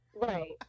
right